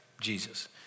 Jesus